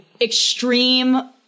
extreme